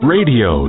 Radio